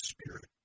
Spirit